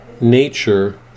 nature